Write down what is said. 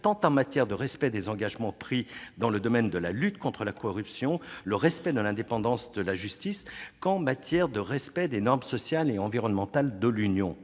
en matière de respect tant des engagements pris dans les domaines de la lutte contre la corruption et de l'indépendance de la justice que des normes sociales et environnementales de l'Union.